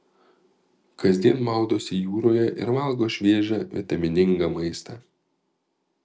kasdien maudosi jūroje ir valgo šviežią vitaminingą maistą